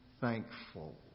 thankful